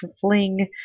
fling